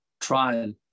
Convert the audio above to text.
trial